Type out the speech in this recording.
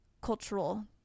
cultural